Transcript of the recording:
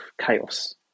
chaos